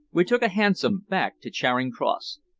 we took a hansom back to charing cross.